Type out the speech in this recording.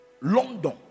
London